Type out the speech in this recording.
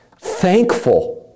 Thankful